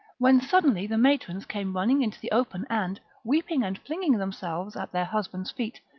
when suddenly the matrons came running into the open and, weeping and flinging themselves at their husbands' feet,